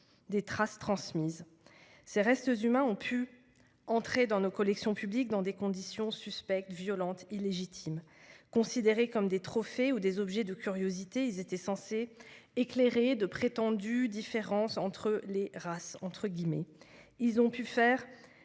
et transmises. Ces restes humains ont pu entrer dans nos collections publiques dans des conditions suspectes, violentes et illégitimes. Considérés comme des trophées ou des objets de curiosité, ils étaient censés éclairer de prétendues différences entre les « races ».